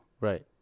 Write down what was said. Right